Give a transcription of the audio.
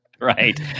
right